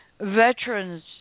Veterans